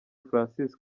francis